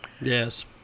Yes